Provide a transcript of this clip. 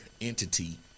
entity